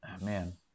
man